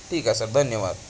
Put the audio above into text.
ठीक आहे सर धन्यवाद